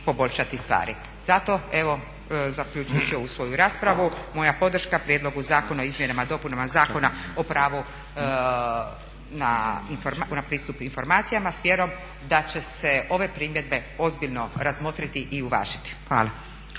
poboljšati stvari. Zato evo zaključujući ovu svoju raspravu moja podrška Prijedlogu zakona o izmjenama i dopunama Zakona o pravu na pristup informacijama s vjerom da će se ove primjedbe ozbiljno razmotriti i uvažiti. Hvala.